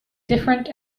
different